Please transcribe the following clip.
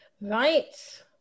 Right